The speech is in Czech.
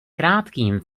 krátkým